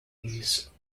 release